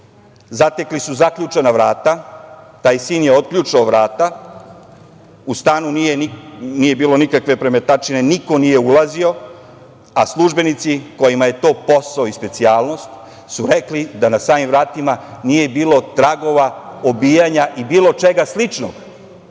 Zatekli su zaključana vrata. Taj sin je otključao vrata. U stanu nije bilo nikakve premetačine. Niko nije ulazio, a službenici kojima je to posao i specijalnost su rekli da na samim vratima nije bilo tragova obijanja i bilo čega sličnog,